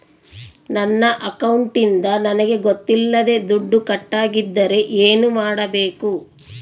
ನನ್ನ ಅಕೌಂಟಿಂದ ನನಗೆ ಗೊತ್ತಿಲ್ಲದೆ ದುಡ್ಡು ಕಟ್ಟಾಗಿದ್ದರೆ ಏನು ಮಾಡಬೇಕು?